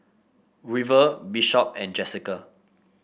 River Bishop and Jesica